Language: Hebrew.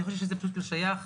אני חושב שזה פשוט לא שייך,